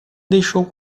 deixou